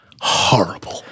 horrible